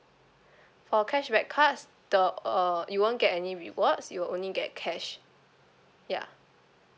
for cashback cards the uh you won't get any rewards you'll only get cash ya